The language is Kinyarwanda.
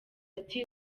ati